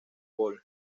pol